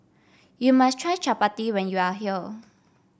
you must try Chapati when you are here